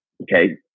okay